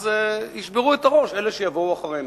אז ישברו את הראש אלה שיבואו אחרינו.